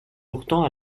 pourtant